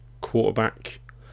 quarterback